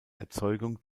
erzeugung